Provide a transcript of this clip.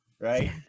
right